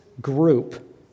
group